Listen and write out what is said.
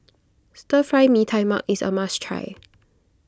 Stir Fry Mee Tai Mak is a must try